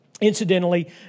Incidentally